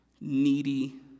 needy